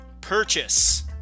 purchase